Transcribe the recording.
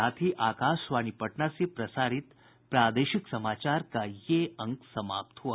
इसके साथ ही आकाशवाणी पटना से प्रसारित प्रादेशिक समाचार का ये अंक समाप्त हुआ